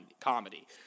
comedy